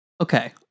Okay